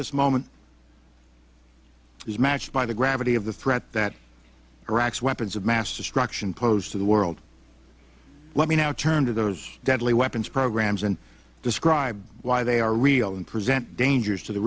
this moment is matched by the gravity of the threat that directs weapons of mass destruction posed to the world let me now turn to those deadly weapons programs and describe why they are real and present dangers to the